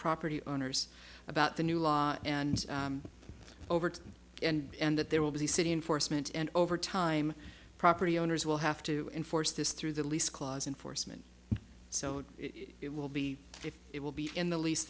property owners about the new law and overt and that there will be city enforcement and over time property owners will have to enforce this through the lease clause enforcement so it will be if it will be in the leas